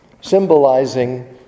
symbolizing